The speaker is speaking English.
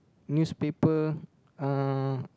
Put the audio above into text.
newspaper uh